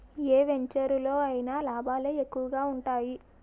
ఏ వెంచెరులో అయినా లాభాలే ఎక్కువగా ఉంటాయి